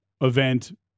event